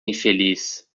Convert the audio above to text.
infeliz